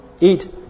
eat